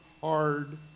hard